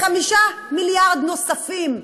5 מיליארד נוספים.